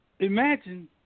Imagine